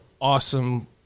awesome